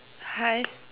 hi